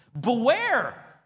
Beware